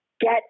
get